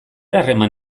harreman